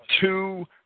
two